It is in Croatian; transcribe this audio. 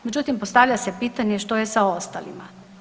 Međutim, postavlja se pitanje što je sa ostalima?